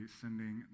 sending